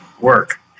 work